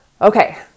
Okay